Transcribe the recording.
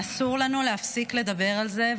ואסור לנו להפסיק לדבר על זה,